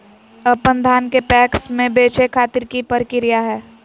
अपन धान के पैक्स मैं बेचे खातिर की प्रक्रिया हय?